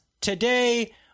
today